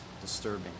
disturbing